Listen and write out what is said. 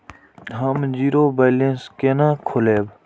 हम zero balance केना खोलैब?